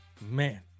Man